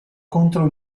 contro